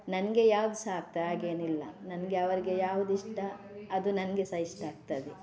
ನನಗೆ ಯಾವುದು ಸಹ ಆಗ್ತದೆ ಹಾಗೇನಿಲ್ಲ ನನಗೆ ಅವರಿಗೆ ಯಾವುದು ಇಷ್ಟ ಅದು ನನಗೆ ಸಹ ಇಷ್ಟ ಆಗ್ತದೆ